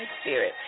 spirit